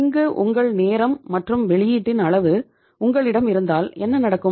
இங்கு உங்கள் நேரம் மற்றும் வெளியீட்டின் அளவு உங்களிடம் இருந்தால் என்ன நடக்கும்